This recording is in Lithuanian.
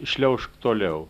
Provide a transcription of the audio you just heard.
šliaužk toliau